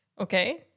Okay